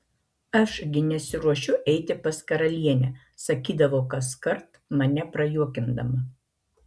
aš gi nesiruošiu eiti pas karalienę sakydavo kaskart mane prajuokindama